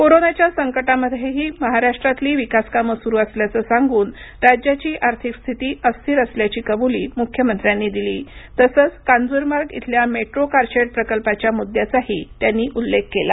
कोरोनाच्या संकटामध्येही राज्यातली विकासकामं सुरू असल्याचं सांगून राज्याची आर्थिक स्थिती अस्थिर असल्याची कबुली मुख्यमंत्र्यांनी दिली तसंच कांजूरमार्ग इथल्या मेट्रो कारशेड मार्गाच्या मुद्याचाही त्यांनी उल्लेख केला